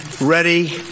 ready